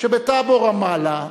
שבטאבו רמאללה,